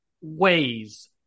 ways